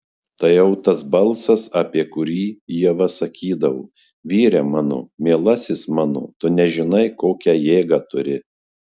tai jau tas balsas apie kurį ieva sakydavo vyre mano mielasis mano tu nežinai kokią jėgą turi